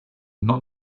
not